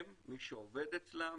הם, מי שעובד אצלם,